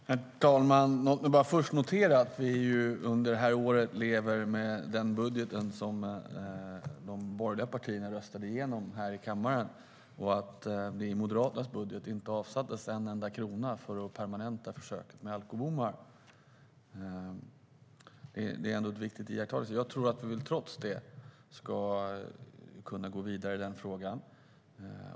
Herr talman! Låt mig först notera att vi under det här året lever med den budget som de borgerliga partierna röstade igenom här i kammaren. I den budgeten avsattes det inte en enda krona för att permanenta försöket med alkobommar. Det är en viktig iakttagelse. Jag tror att vi trots det ska kunna gå vidare med frågan.